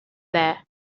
there